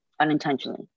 unintentionally